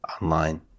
online